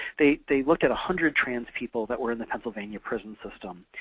they they looked at a hundred trans people that were in the pennsylvania prison system,